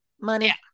Money